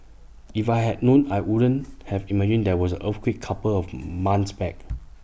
if I hadn't known I wouldn't have imagined there was earthquake couple of months back